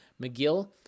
McGill